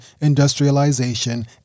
industrialization